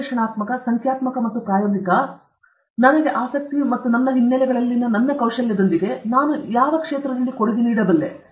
ವಿಶ್ಲೇಷಣಾತ್ಮಕ ಸಂಖ್ಯಾತ್ಮಕ ಮತ್ತು ಪ್ರಾಯೋಗಿಕ ನನ್ನ ಆಸಕ್ತಿ ಮತ್ತು ನನ್ನ ಹಿನ್ನೆಲೆಗಳಲ್ಲಿನ ನನ್ನ ಕೌಶಲ್ಯದೊಂದಿಗೆ ನಾನು ಎಲ್ಲಿ ಕೊಡುಗೆ ನೀಡಬಲ್ಲೆ